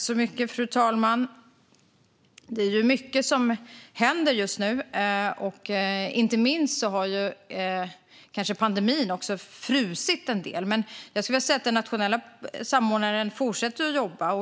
Fru talman! Det är mycket som händer just nu. Inte minst har pandemin gjort att en del saker har frusit. Men den nationella samordnaren fortsätter att jobba.